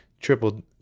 triple